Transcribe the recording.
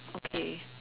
okay